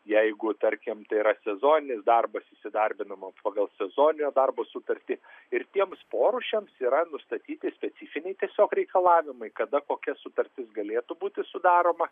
jeigu tarkim tai yra sezoninis darbas įsidarbinama pagal sezoninio darbo sutartį ir tiems porūšiams yra nustatyti specifiniai tiesiog reikalavimai kada kokia sutartis galėtų būti sudaroma